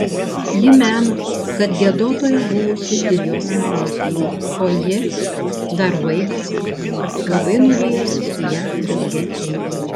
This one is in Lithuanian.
ji mena kad giedotoja buvusi ir jos mama o ji dar vaikas labai norėjusi su ja drauge eiti